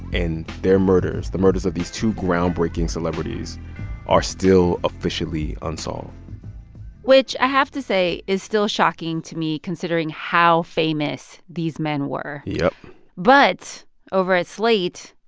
and their murders the murders of these two groundbreaking celebrities are still officially unsolved which i have to say is still shocking to me considering how famous these men were yep but over at slate,